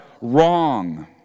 wrong